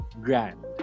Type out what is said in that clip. grand